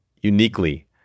uniquely